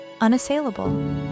unassailable